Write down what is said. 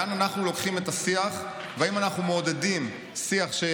לאן אנחנו לוקחים את השיח ואם אנחנו מעודדים שיח של